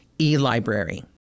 e-library